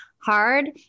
hard